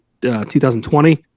2020